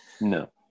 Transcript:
No